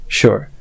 sure